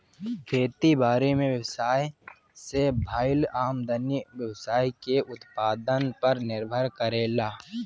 खेती बारी में व्यवसाय से भईल आमदनी व्यवसाय के उत्पादन पर निर्भर करेला